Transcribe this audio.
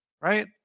right